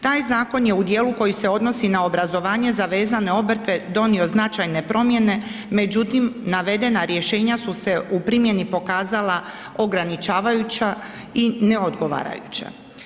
Taj zakon je u dijelu koji se odnosi za obrazovanje za vezane obrte donio značajne promjene, međutim navedena rješenja su se u primjeni pokazala ograničavajuća i ne odgovarajuća.